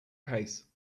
pace